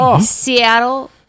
Seattle